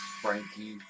frankie